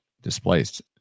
displaced